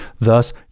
Thus